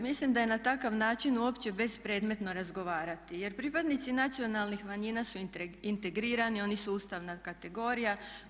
Mislim da je na takav način uopće bespredmetno razgovarati jer pripadnici nacionalnih manjina su integrirani, oni su ustavna kategorija.